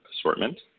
assortment